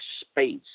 space